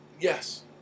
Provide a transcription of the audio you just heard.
Yes